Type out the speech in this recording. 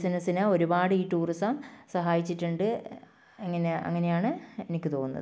ബിസിനസ്സിനെ ഒരുപാട് ഈ ടൂറിസം സഹായിച്ചിട്ടുണ്ട് അങ്ങനെ അങ്ങനെയാണ് എനിക്ക് തോന്നുന്നത്